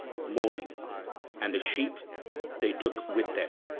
mourning and the sheep they took with them.